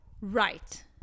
Right